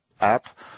app